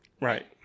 Right